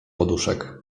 poduszek